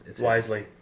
wisely